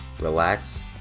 relax